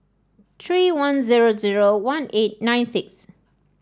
three one zero zero one eight nine six